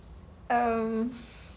um